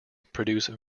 produce